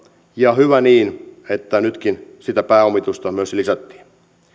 ja hyvä niin että nytkin sitä pääomitusta lisättiin